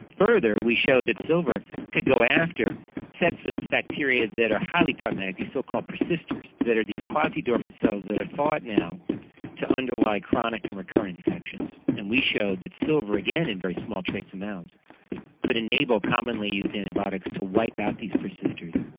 further, we showed that silver could go after sets of bacteria that are highly problematic, these so-called persisters that are these quasi-dormant cells that are thought now to underlie chronic and recurring infections. and we showed that silver again in very small trace amounts could enable commonly used antibiotics to wipe out these persisters,